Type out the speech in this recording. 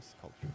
culture